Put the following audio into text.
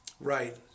right